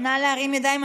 נא להרים ידיים.